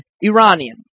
Iranian